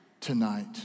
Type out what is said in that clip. tonight